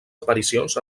aparicions